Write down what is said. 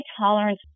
tolerance